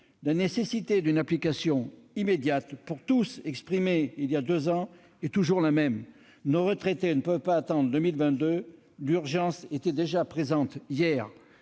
La nécessité d'une application immédiate pour tous, exprimée voilà deux ans, est toujours la même. Nos retraités ne peuvent pas attendre 2022 ! L'urgence était déjà présente hier,